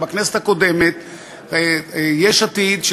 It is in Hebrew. בכנסת הקודמת יש עתיד,